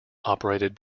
operated